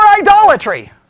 idolatry